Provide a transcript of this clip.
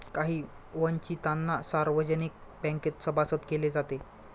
काही वंचितांना सार्वजनिक बँकेत सभासद केले जाते